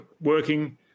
working